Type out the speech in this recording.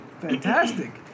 fantastic